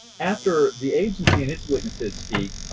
after the agency and its witnesses speak,